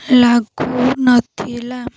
ଲାଗୁ ନଥିଲା